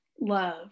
love